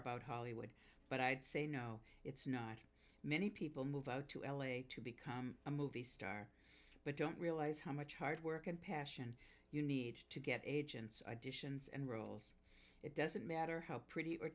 about hollywood but i'd say no it's not many people move out to l a to become a movie star but don't realize how much hard work and passion you need to get agents additions and roles it doesn't matter how pretty